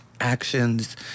actions